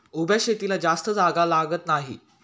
उभ्या शेतीला जास्त जागा लागत नाही